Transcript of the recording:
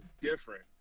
different